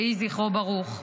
יהי זכרו ברוך.